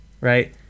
right